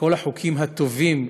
כל החוקים הטובים,